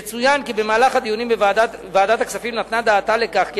יצוין כי במהלך הדיונים ועדת הכספים נתנה דעתה לכך כי